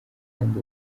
kandi